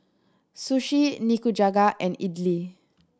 Sushi Nikujaga and Idili